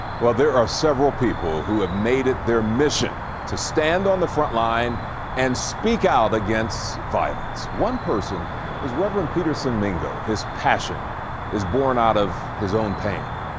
well, there are several people who have made it their mission to stand on the front line and speak out against violence. one person is reverend peterson mingo. his passion is born out of his own pain.